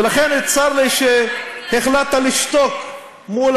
ולכן, צר לי שהחלטת לשתוק מול,